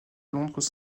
londres